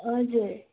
हजुर